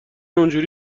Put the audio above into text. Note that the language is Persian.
اونحوری